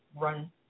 run